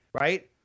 right